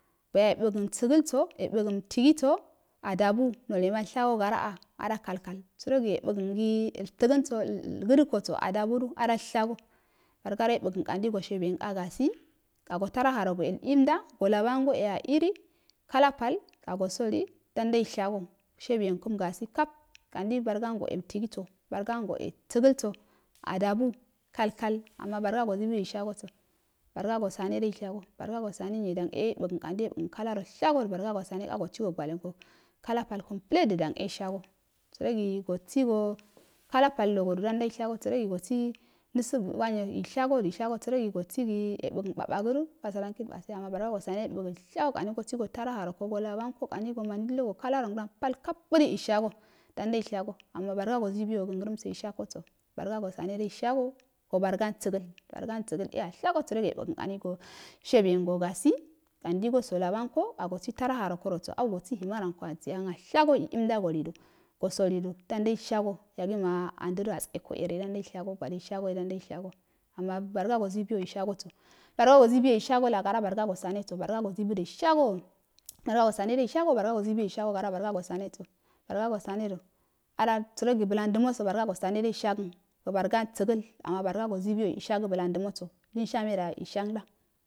Boiye bugan saga iso ye sagan tsiso a dabu nole malshaga garra a adn kalkal sara yebagangi altaganso au gadaken sodu a daldabu adalshago bargado yebuga ngo shibuye nka gabi araharogoe emda golabuwangu e a edu kaa pal kago salo dandoishago goshibi yenkam gabi kab kandi bargarogo e tigiso barango e tigiso barango e sagalso adabu kalkal ama barga go zibu yo iyshagoso barga go saneishaso baragago someyo dan a bugan kandi yebugan kalaro shago barago sameso sigo gwalenko kala pal ku plet dan eishago sa rogigo kala paldo godugornda shaso sarogi gobi nasabu e wanyo mago shago sarogi yebugan babado a sara nkii base sarogi bargo go bane yo yebigan ushago kandigo bigo taraharoko so labanko so mandi oga kalaro soo mando og kalaro pal kubdu ushago dandeilshago ama baraga gozibyo gan grornso shakeso ba raga so same daishaso ba rason sagal baragan e ashago saroi yedo ganka so shibiyengo gati kandi go bo lanko aa gobi himarankoye yenashago e emda galiya he so salido damdaishago dabin amda du danda teko yohe adansa daushaso ama barago zibwyon shasobo bar ya zo zibuyoishago garalabarsa go sane baraga so zibuyoushago la baragu go saneso baraya so saneda gra blandunoso baraga go saneedushi agən baragaba e ani sagal ama baraga go zibuyo leinshnu eda ushangndan,